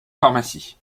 pharmacie